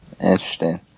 Interesting